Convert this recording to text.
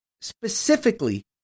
specifically